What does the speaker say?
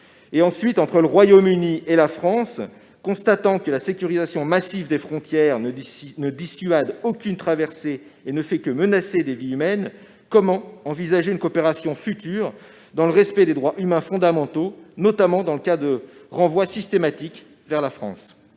illégaux ? Entre le Royaume-Uni et la France, dans la mesure où la sécurisation massive des frontières ne dissuade personne de faire la traversée et ne fait que menacer des vies humaines, comment envisager une coopération future dans le respect des droits humains fondamentaux, notamment dans le cas de renvois systématiques vers la France ?